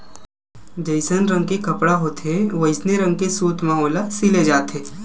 जइसन रंग के कपड़ा होथे वइसने रंग के सूत म ओला सिले जाथे